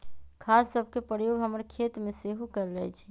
खाद सभके प्रयोग हमर खेतमें सेहो कएल जाइ छइ